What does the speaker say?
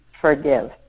forgive